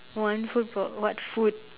what fruit f~ what food